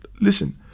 listen